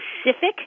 specific